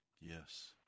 Yes